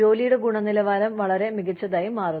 ജോലിയുടെ ഗുണനിലവാരം വളരെ മികച്ചതായി മാറുന്നു